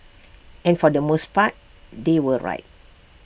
and for the most part they were right